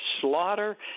slaughter